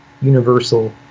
universal